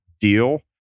deal